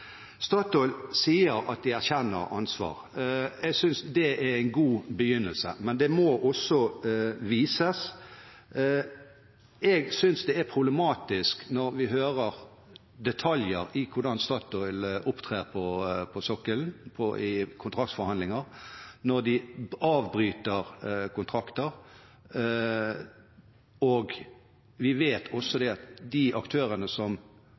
Statoil sier at de erkjenner ansvar. Jeg synes det er en god begynnelse. Men det må også vises. Jeg synes det er problematisk når vi hører detaljer om hvordan Statoil opptrer på sokkelen i kontraktsforhandlinger, når de avbryter kontrakter, og når vi også vet at de aktørene som